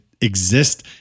exist